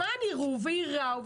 למען יראו וייראו,